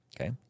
Okay